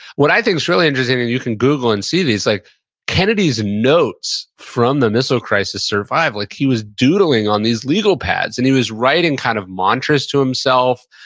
what i think is really interesting, and you can google and see these, like kennedy's notes from the missile crisis survive. like he was doodling on these legal pads. and he was writing kind of mantras to himself.